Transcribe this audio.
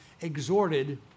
exhorted